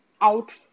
out